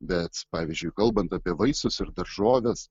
bet pavyzdžiui kalbant apie vaisius ir daržoves